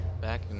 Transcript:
back